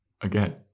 again